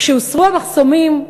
כשהוסרו המחסומים,